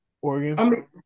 Oregon